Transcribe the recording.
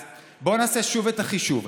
אז בואו נעשה שוב את החישוב.